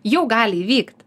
jau gali įvykt